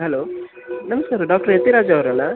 hello ನಮಸ್ಕಾರ doctor Yathiraj ಅವ್ರಲ್ಲಾ